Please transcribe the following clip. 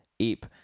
Eep